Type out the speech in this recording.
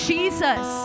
Jesus